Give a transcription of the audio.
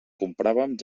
compràvem